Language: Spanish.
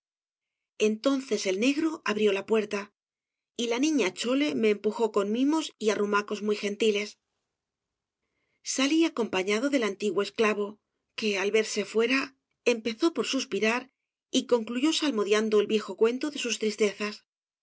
entonces el negro abrió la puerta y la niña chole me empujó con mimos y arrumacos muy gentiles salí acompañado del antiguo esclavo que al verse fuera empezó por suspirar y concluyó salmodiando el viejo cuento de sus tristezas